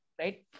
right